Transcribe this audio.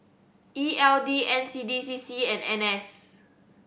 E L D N C D C C and N S